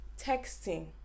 texting